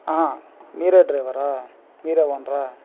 మీరే డ్రైవరా మీరే ఓనరా